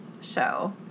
show